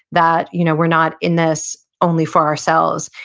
that you know we're not in this only for ourselves.